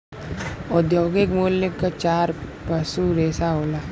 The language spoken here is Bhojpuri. औद्योगिक मूल्य क चार पसू रेसा होला